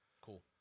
cool